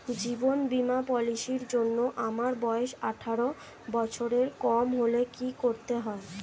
জীবন বীমা পলিসি র জন্যে আমার বয়স আঠারো বছরের কম হলে কি করতে হয়?